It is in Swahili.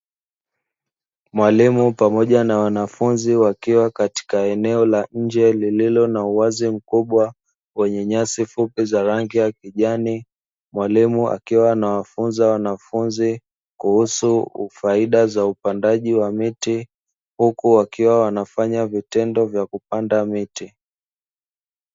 Mwalimu pamoja na wanafunzi wakiwa katika eneo la nje lililo na uwazi mkubwa wenye nyasi fupi za rangi ya kijani, mwalimu akiwa anawafunza wanafunzi kuhusu faida za upandaji wa miti, huku wakiwa wanafanya vitendo vya kupanda miti.